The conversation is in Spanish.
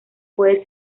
puede